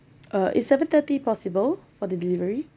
uh is seven thirty possible for the delivery